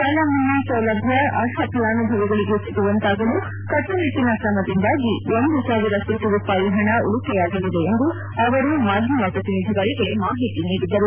ಸಾಲ ಮನ್ನಾ ಸೌಲಭ್ಯ ಅರ್ಹ ಫಲಾನುಭವಿಗಳಿಗೆ ಸಿಗುವಂತಾಗಲು ಕಟ್ಟುನಿಟ್ಟಿನ ಕ್ರಮದಿಂದಾಗಿ ಒಂದು ಸಾವಿರ ಕೋಟಿ ರೂಪಾಯಿ ಹಣ ಉಳಿಕೆಯಾಗಲಿದೆ ಎಂದು ಅವರು ನಂತರ ಮಾದ್ಯಮ ಪ್ರತಿನಿಧಿಗಳಿಗೆ ಮಾಹಿತಿ ನೀಡಿದರು